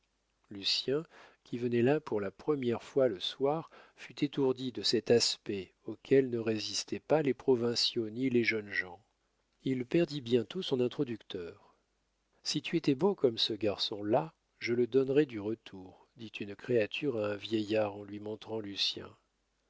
cabinet lucien qui venait là pour la première fois le soir fut étourdi de cet aspect auquel ne résistaient pas les provinciaux ni les jeunes gens il perdit bientôt son introducteur si tu étais beau comme ce garçon-là je te donnerais du retour dit une créature à un vieillard en lui montrant lucien lucien